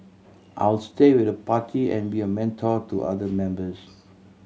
I'll stay with the party and be a mentor to other members